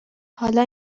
حالا